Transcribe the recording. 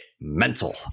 mental